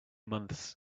months